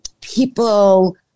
people